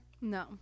No